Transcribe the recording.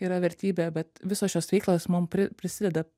yra vertybė bet visos šios veiklos mum pri prisideda